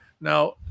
Now